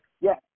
Yes